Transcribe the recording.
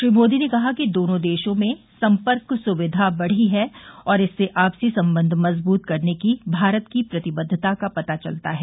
श्री मोदी ने कहा कि दोनों देशों में सम्पर्क सुविधा बढ़ी है और इससे आपसी संबंध मजबूत करने की भारत की प्रतिबद्दता का पता चलता है